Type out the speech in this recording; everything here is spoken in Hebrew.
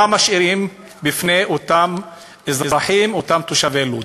מה משאירים בפני אותם אזרחים, אותם תושבי לוד?